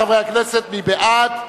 בעד,